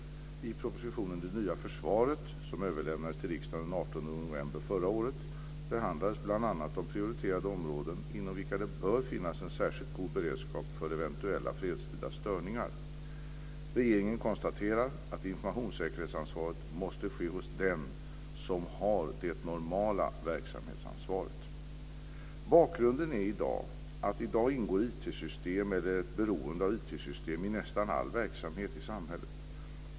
I propositionen Det nya försvaret som överlämnades till riksdagen den 18 november 1999 behandlas bl.a. de prioriterade områden inom vilka det bör finnas en särskilt god beredskap vid eventuella fredstida störningar. Regeringen konstaterar att informationssäkerhetsarbetet måste ske hos de som har det normala verksamhetsansvaret. Bakgrunden är att i dag ingår IT-system eller ett beroende av IT-system i nästan all verksamhet i samhället.